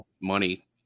money